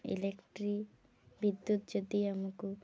electric ବିଦ୍ୟୁତ ଯଦି ଆମକୁ